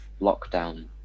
lockdown